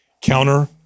counter